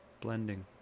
blending